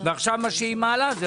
ועכשיו מה שהיא מעלה.